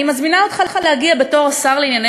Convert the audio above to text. אני מזמינה אותך להגיע בתור השר לענייני